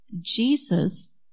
Jesus